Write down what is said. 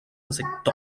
aceptó